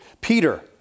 Peter